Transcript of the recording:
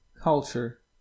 culture